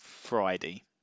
Friday